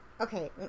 Okay